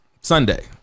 Sunday